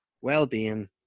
well-being